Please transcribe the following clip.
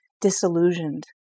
disillusioned